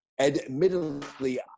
admittedly